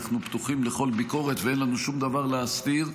אנחנו פתוחים לכל ביקורת ואין לנו שום דבר להסתיר,